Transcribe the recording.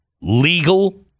legal